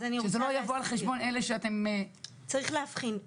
צריך להבחין.